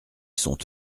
sont